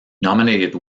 nominated